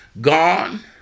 gone